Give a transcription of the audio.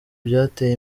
byateye